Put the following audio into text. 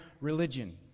religion